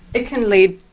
it can lead